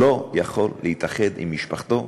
לא יכול להתאחד עם משפחתו,